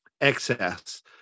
excess